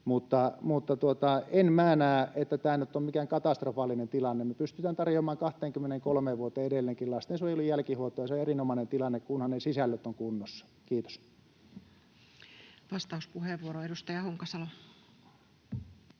Mutta en minä näe, että tämä nyt on mikään katastrofaalinen tilanne. Me pystytään tarjoamaan 23 vuoteen edelleenkin lastensuojelun jälkihuoltoa, ja se on erinomainen tilanne, kunhan ne sisällöt ovat kunnossa. — Kiitos. [Speech 146] Speaker: